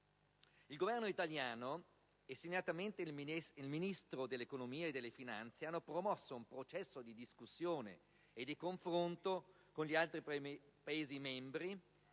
Il Governo italiano e segnatamente il Ministro dell'economia e delle finanze hanno promosso un processo di discussione e di confronto con gli altri Paesi membri